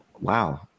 Wow